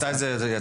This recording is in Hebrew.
מתי זה יצא?